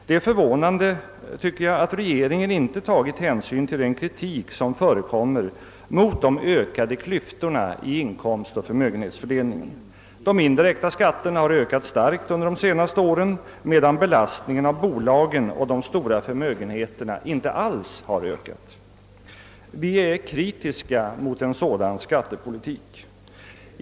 Det är förvånande, tycker jag, att regeringen inte tagit hänsyn till den kritik som riktats mot de ökade klyftorna i inkomstoch förmögenhetsfördelningen. De indirekta skatterna har ökat starkt under de senaste åren, medan beskattningen av bolagen och de stora förmögenheterna inte alls höjts. Vi är kritiska mot en sådan skattepolitik.